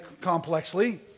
complexly